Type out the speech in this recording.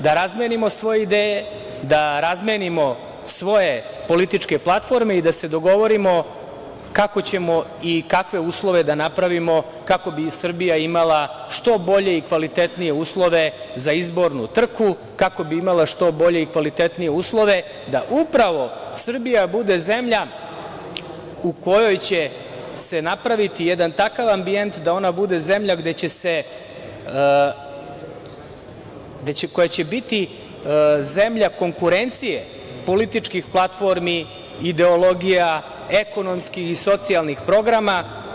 Da razmenimo svoje ideje, da razmenimo svoje političke platforme i da se dogovorimo kako ćemo i kakve uslove da napravimo kako bi Srbija imala što bolje i kvalitetnije uslove za izbornu trku, kako bi imala što bolje i kvalitetnije uslove da upravo Srbija bude zemlja u kojoj će se napraviti jedan takav ambijent da ona bude zemlja koja će biti zemlja konkurencije političkih platformi, ideologija, ekonomskih i socijalnih programa.